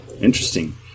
interesting